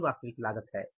यह वास्तविक लागत है